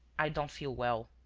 i don't feel well.